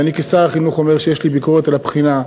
ואני כשר החינוך אומר שיש לי ביקורת על הבחינה,